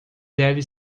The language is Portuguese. deve